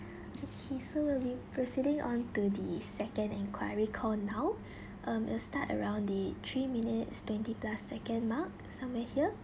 okay so we'll be proceeding on to the second enquiry call now um will start around the three minutes twenty plus second mark somewhere here